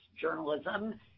journalism